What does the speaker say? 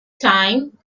time